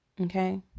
okay